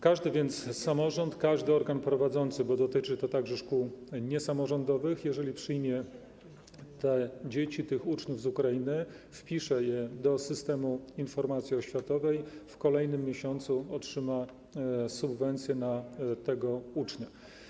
Każdy więc samorząd, każdy organ prowadzący, bo dotyczy to także szkół niesamorządowych, jeżeli przyjmie te dzieci, tych uczniów z Ukrainy, wpisze je do systemu informacji oświatowej, w kolejnym miesiącu otrzyma subwencję na takiego ucznia.